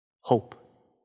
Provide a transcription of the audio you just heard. Hope